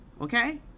Okay